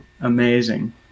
Amazing